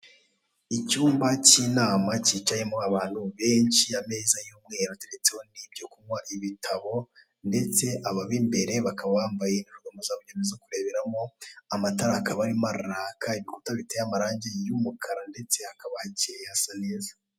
Icyumba cy'inama cyicayemo abantu benshi, ameza y'umweru ateretseho n'ibyo kunywa ndetse n'ibitabo ndetse aba b'imbere bakaba bambaye indorerwamo zabugenewe zokureberamo, amatara akaba arimo araka, ibikuta biteye amarange y'umukara ndetse hakaba hakeye hasa neza.